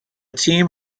team